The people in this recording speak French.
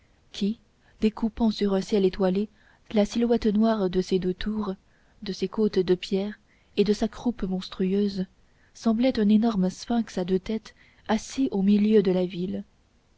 qui découpant sur un ciel étoilé la silhouette noire de ses deux tours de ses côtes de pierre et de sa croupe monstrueuse semblait un énorme sphinx à deux têtes assis au milieu de la ville